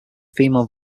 female